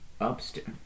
upstairs